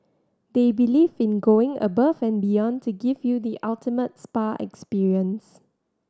they believe in going above and beyond to give you the ultimate spa experience